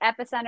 Epicenter